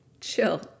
chill